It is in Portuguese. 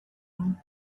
homem